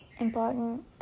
important